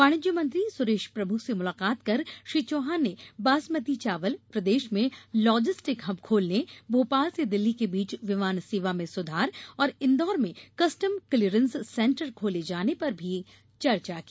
वाणिज्य मंत्री सुरेश प्रभु से मुलाकात कर श्री चौहान ने बासमती चावल प्रदेश में लॉजिस्ट हब खोलने भोपाल से दिल्ली के बीच विमान सेवा में सुधार और इन्दौर में कस्टम क्लीयिरेंस सेंटर खोले जाने पर चर्चा की